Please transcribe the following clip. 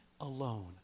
alone